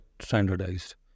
standardized